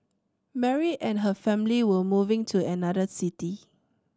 Mary and her family were moving to another city